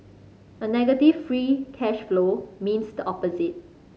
a negative free cash flow means the opposite